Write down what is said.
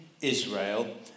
Israel